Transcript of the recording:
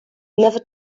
never